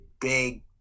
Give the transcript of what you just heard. big